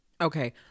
Okay